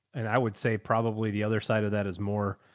and i would say probably the other side of that is more,